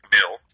Bill